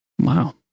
Wow